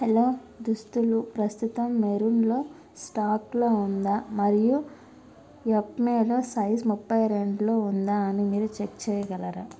hello దుస్తులు ప్రస్తుతం మెరూన్లో స్టాక్లో ఉందా మరియు యెప్మేలో సైజ్ ముప్పై రెండులో ఉందా అని మీరు చెక్ చేయగలరా